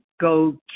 go